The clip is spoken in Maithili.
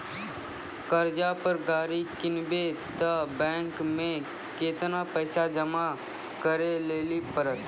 कर्जा पर गाड़ी किनबै तऽ बैंक मे केतना पैसा जमा करे लेली पड़त?